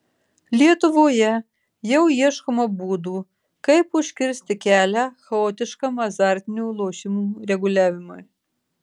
lietuvoje jau ieškoma būdų kaip užkirsti kelią chaotiškam azartinių lošimų reguliavimui